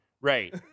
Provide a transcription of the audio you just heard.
right